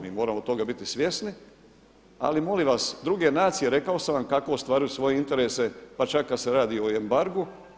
Mi moramo toga biti svjesni, ali molim vas druge nacije rekao sam vam kako ostvaruju svoje interese, pa čak kad se radi i o embargu.